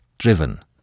Driven